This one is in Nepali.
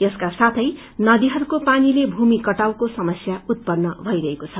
यसका साथै नदीहरूको पानीले भूमि कटावको समस्या उत्पन्न भइरेको छ